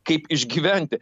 kaip išgyventi